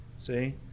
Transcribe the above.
See